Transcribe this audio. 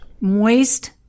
Moist